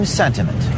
sentiment